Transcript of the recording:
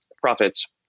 profits